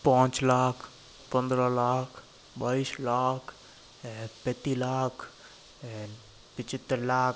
पाँच लाख पंद्रह लाख बाईस लाख पैंतीस लाख पचहत्तर लाख